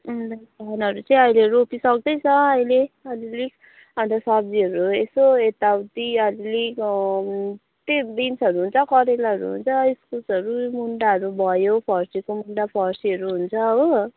अन्त धानहरू चाहिँ आहिले रोपिसक्दैछ अहिले अलिअलि अन्त सब्जीहरू यसो यताउति अलिअलि त्यही बिन्सहरू हुन्छ करेलाहरू हुन्छ इस्कुसहरू मुन्टाहरू भयो फर्सीको मुन्टा फर्सीहरू हुन्छ हो